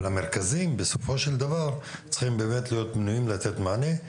אבל המרכזים בסופו של דבר צריכים להיות בנויים לתת מענה.